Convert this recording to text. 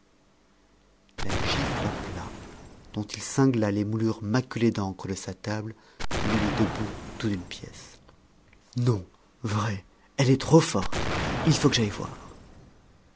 la gifle à plat dont il cingla les moulures maculées d'encre de sa table le mit debout tout d'une pièce non vrai elle est trop forte il faut que j'aille voir